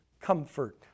comfort